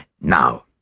Now